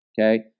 Okay